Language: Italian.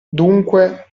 dunque